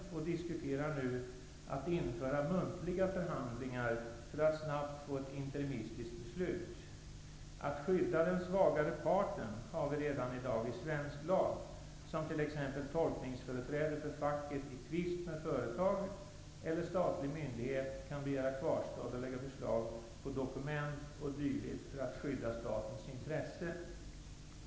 Där diskuterar man nu att införa muntliga förhandlingar för att snabbt få ett interimistiskt beslut. Redan i dag skyddar lagen den svagare parten. Det gäller t.ex. tolkningsföreträde för facket i tvist med företag och att statlig myndighet kan begära kvarstad och lägga beslag på dokument o.d. för att skydda statens intresse.